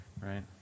Right